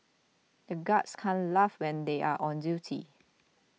the guards can't laugh when they are on duty